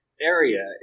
area